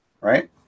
right